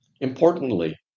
Importantly